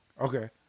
Okay